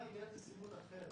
--- יהיה בסימון אחר.